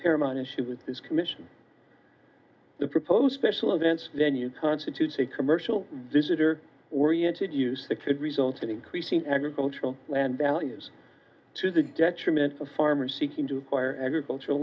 paramount issue with this commission the proposed special events venue constitutes a commercial visitor oriented use that could result in increasing agricultural land values to the detriment of farmers seeking to acquire agricultural